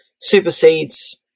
supersedes